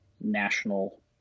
national